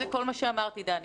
זה כל מה שאמרתי, דני.